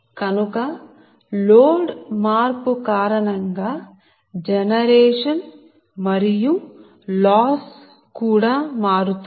కనుక లోడ్ మార్పు కారణం గా జనరేషన్ఉత్పత్తి మరియు లాస్ కూడా మారుతుంది